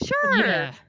sure